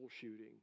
shooting